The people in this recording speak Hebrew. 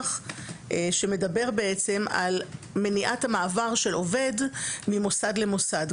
שמדבר על מניעת המעבר של עובד ממוסד למוסד.